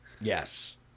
Yes